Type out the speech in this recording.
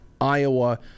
iowa